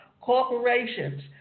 corporations